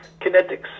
kinetics